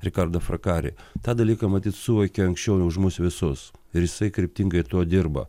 rikardo frakari tą dalyką matyt suvokė anksčiau už mus visus ir jisai kryptingai tuo dirba